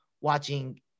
watching